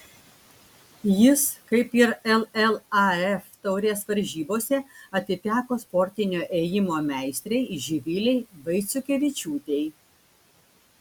jis kaip ir llaf taurės varžybose atiteko sportinio ėjimo meistrei živilei vaiciukevičiūtei